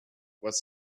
was